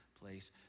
place